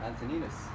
Antoninus